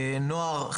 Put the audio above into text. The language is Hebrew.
נוער,